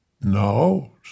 No